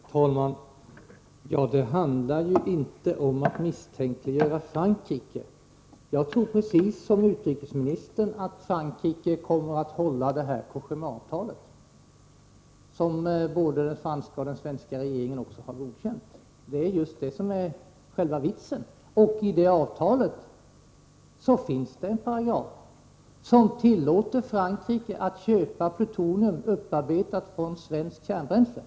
Herr talman! Det handlar ju inte om att misstänkliggöra Frankrike. Jag tror precis som utrikesministern att Frankrike kommer att hålla Cogémaavtalet, som både den franska och den svenska regeringen har godkänt. Det är just detta som är själva vitsen. I detta avtal finns det en paragraf som tillåter Frankrike att köpa plutonium, upparbetat från svenskt kärnbränsle.